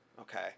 okay